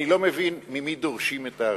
אני לא מבין ממי דורשים את הארנונה.